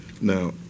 Now